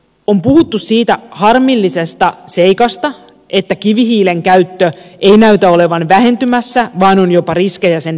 on puhuttu siitä harmillisesta seikasta että kivihiilen käyttö ei näytä olevan vähentymässä vaan on jopa riskejä sen lisääntymiseen